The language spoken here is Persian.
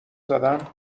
زدم